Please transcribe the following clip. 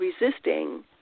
resisting